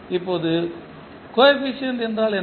இப்போது கோஎபிசியன்ட் என்ன